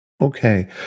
Okay